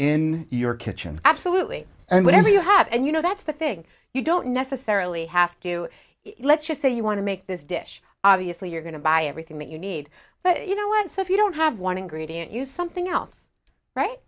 in your kitchen absolutely and whatever you have and you know that's the thing you don't necessarily have to do let's just say you want to make this dish obviously you're going to buy everything that you need but you know once if you don't have one ingredient use something else right